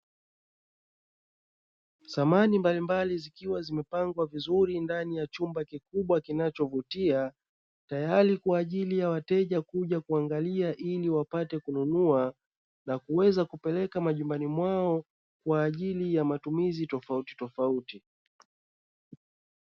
Samani mbalimbali zikiwa zimepangwa vizuri ndani ya chumba kikubwa kinachovutia, tayari kwa ajili ya wateja kuja kuangalia ili wapate kununua, na kuweza kupeleka majumbani mwao, kwa ajili ya matumizi tofautitofauti.